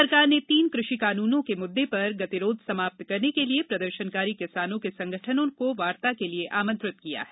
सरकार ने तीन कृषि कानूनों के मुद्दे पर गतिरोध समाप्त करने के लिए प्रदर्शनकारी किसानों के संगठनों को वार्ता के लिए आमंत्रित किया है